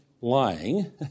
lying